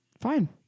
Fine